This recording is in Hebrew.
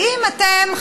האם אתם,